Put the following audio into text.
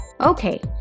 Okay